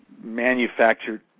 manufactured